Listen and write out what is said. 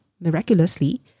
miraculously